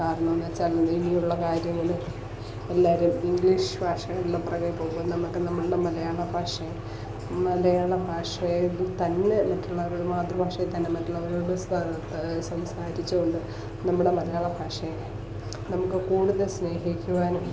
കാരണമെന്നു വെച്ചാൽ ഇനി ഉള്ള കാര്യങ്ങൾ എല്ലാവരും ഇംഗ്ലീഷ് ഭാഷകളുടെ പുറകെ പോകുന്ന നമ്മൾക്ക് നമ്മളുടെ മലയാള ഭാഷയെ മലയാളം ഭാഷയെ തന്നെ മറ്റുള്ളവരോട് മാതൃ ഭാഷയിൽ തന്നെ മറ്റുള്ളവരോട് സം സംസാരിച്ചുകൊണ്ട് നമ്മുടെ മലയാള ഭാഷയെ നമുക്ക് കൂടുതൽ സ്നേഹിക്കുവാനും